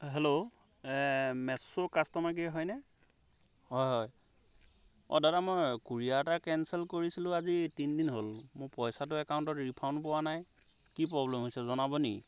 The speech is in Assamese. হেল্ল' মিছোৰ কাষ্টমাৰ কেয়াৰ হয়নে হয় হয় অ' দাদা মই কোৰিয়াৰ এটা কেনচেল কৰিছিলো আজি তিনি দিন হ'ল মোৰ পইচাটো একাউণ্টত ৰিফাণ্ড পোৱা নাই কি প্ৰব্লেম হৈছে জনাব নেকি